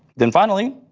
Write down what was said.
then finally,